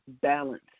balance